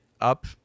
up